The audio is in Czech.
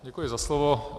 Děkuji za slovo.